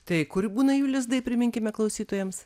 tai kur būna jų lizdai priminkime klausytojams